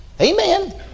Amen